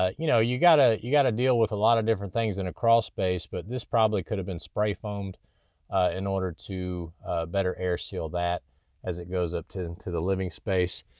ah you know you gotta you gotta deal with a lot of different things in a crawl space, but this probably could've been spray foamed in order to better air seal that as it goes up into the living space.